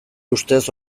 ustez